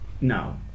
No